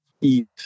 eat